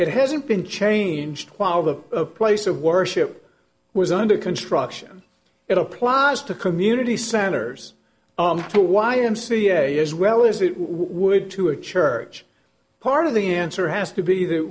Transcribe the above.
it hasn't been changed while the place of worship was under construction it applies to community centers the y m c a as well as it would to a church part of the answer has to be the